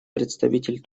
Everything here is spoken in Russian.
представитель